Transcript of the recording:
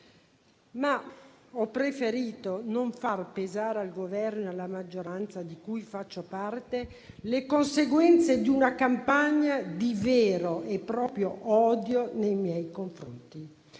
Ma ho preferito non far pesare al Governo e alla maggioranza di cui faccio parte le conseguenze di una campagna di vero e proprio odio nei miei confronti.